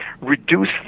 reduce